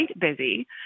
busy